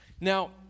Now